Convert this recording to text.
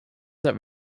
that